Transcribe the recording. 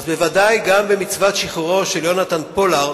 לכן ודאי גם במצוות שחרורו של יהונתן פולארד,